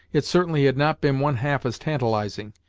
it certainly had not been one half as tantalizing.